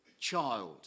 child